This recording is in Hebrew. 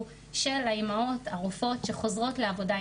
של האימהות הרופאות שחוזרות לעבודה אינטנסיבית.